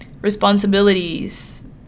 responsibilities